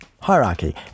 hierarchy